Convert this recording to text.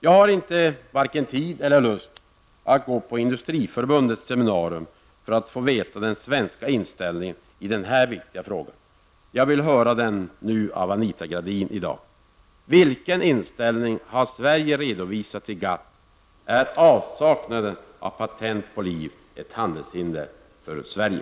Jag har inte vare sig tid eller lust att gå på Industriförbundets seminarium för att få veta den svenska inställningen i den här viktiga frågan. Jag vill höra det nu i dag av Anita Gradin: Vilken inställning har Sverige redovisat i GATT? Är avsaknaden av patent på liv ett handelshinder för Sverige?